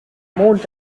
mond